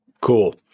cool